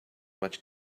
much